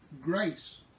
grace